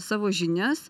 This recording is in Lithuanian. savo žinias